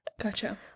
Gotcha